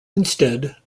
instead